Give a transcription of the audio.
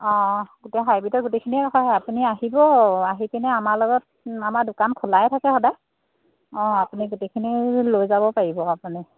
অঁ গোটেই হাইব্ৰিডৰ গুটিখিনিয়ে ৰাখোঁ আপুনি আহিব আহি কিনে আমাৰ লগত আমাৰ দোকান খোলাই থাকে সদায় অঁ আপুনি গোটেইখিনি লৈ যাব পাৰিব আপুনি